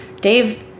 Dave